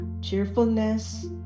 cheerfulness